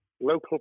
local